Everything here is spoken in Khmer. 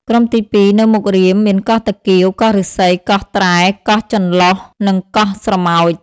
ក្រុមទីពីរ នៅមុខរាម មានកោះតា កៀវ កោះឫស្សី កោះត្រែ កោះចន្លុះ និងកោះស្រមោច។